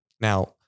Now